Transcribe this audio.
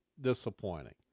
disappointing